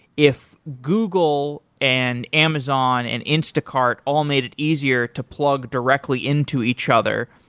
if google and amazon and instacart all made it easier to plug directly into each other,